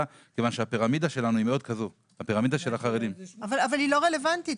כיוון שהפירמידה של החרדים- - אבל היא לא רלוונטית.